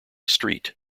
street